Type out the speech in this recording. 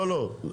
לא, לא.